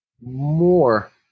more